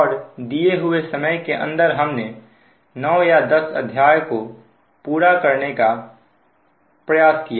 और दिए हुए समय के अंदर हमने 9 या 10 अध्याय को पूरा करने का प्रयास किया